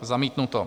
Zamítnuto.